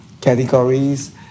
categories